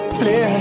play